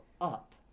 up